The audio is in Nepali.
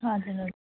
हजुर हजुर